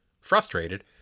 Frustrated